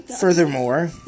Furthermore